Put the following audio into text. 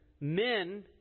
men